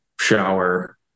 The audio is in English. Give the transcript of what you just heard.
shower